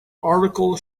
article